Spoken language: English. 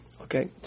Okay